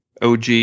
OG